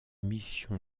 mission